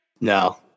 No